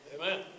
Amen